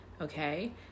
Okay